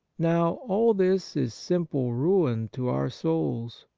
now, all this is simple ruin to our souls.